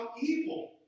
evil